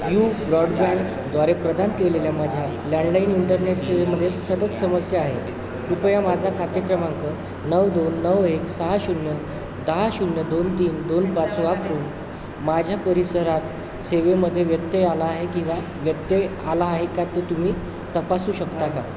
you ब्रॉडबँडद्वारे प्रदान केलेल्या माझ्या लँडलाईन इंटरनेट सेवेमध्ये सतत समस्या आहेत कृपया माझा खाते क्रमांक नऊ दोन नऊ एक सहा शून्य दहा शून्य दोन तीन दोन पाच वापरून माझ्या परिसरात सेवेमध्ये व्यत्यय आला आहे किंवा व्यत्यय आला आहे का ते तुम्ही तपासू शकता का